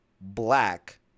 black